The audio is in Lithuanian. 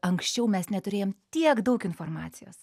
anksčiau mes neturėjom tiek daug informacijos